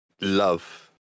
love